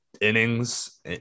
innings